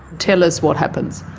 tell us what happens.